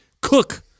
cook